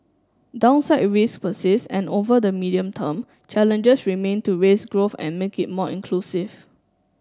downside risks persist and over the medium term challenges remain to raise growth and make it more inclusive